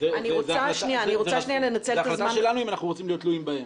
זה החלטה שלנו אם אנחנו רוצים להיות תלויים בהם.